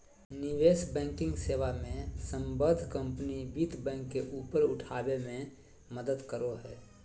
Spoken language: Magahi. निवेश बैंकिंग सेवा मे सम्बद्ध कम्पनी वित्त बैंक के ऊपर उठाबे मे मदद करो हय